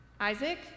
isaac